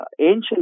Ancient